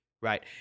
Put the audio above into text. right